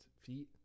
feet